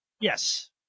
Yes